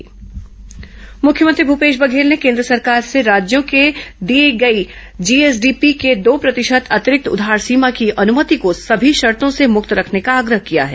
मुख्यमंत्री जीएसडीपी पत्र मुख्यमंत्री भूपेश बघेल ने केन्द्र सरकार से राज्यों के दिए दी गई जीएसडीपी के दो प्रतिशत अतिरिक्त उधार सीमा की अनुमति को सभी शर्तो से मुक्त रखने का आग्रह किया है